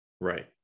right